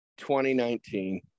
2019